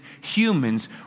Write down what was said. humans